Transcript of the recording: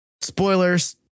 spoilers